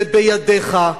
זה בידיך.